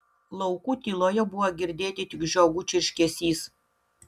laukų tyloje buvo girdėti tik žiogų čirškesys